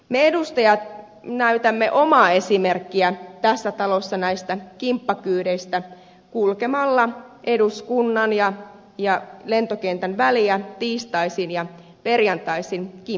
me edustajat tässä talossa näytämme omaa esimerkkiä näistä kimppakyydeistä kulkemalla eduskunnan ja lentokentän välillä tiistaisin ja perjantaisin kimppatakseilla